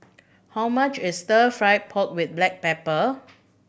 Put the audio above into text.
how much is Stir Fry pork with black pepper